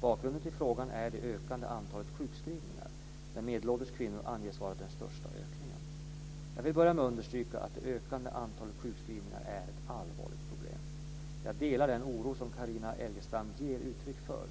Bakgrunden till frågan är det ökande antalet sjukskrivningar, där medelålders kvinnor anges svara för den största ökningen. Jag vill börja med att understryka att det ökande antalet sjukskrivningar är ett allvarligt problem. Jag delar den oro som Carina Elgestam ger uttryck för.